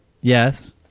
Yes